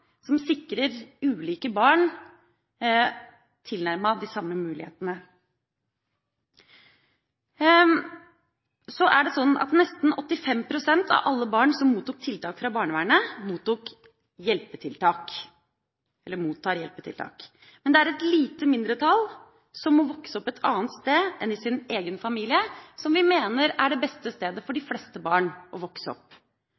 som sikrer ulike barn tilnærmet de samme mulighetene. Nesten 85 pst. av alle barn på tiltak i barnevernet mottar hjelpetiltak, men det er et lite mindretall som må vokse opp et annet sted enn i sin egen familie, som vi mener er det beste stedet for de fleste barn å vokse opp